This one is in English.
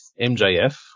MJF